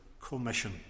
commission